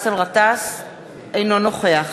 אינו נוכח